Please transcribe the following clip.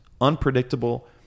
unpredictable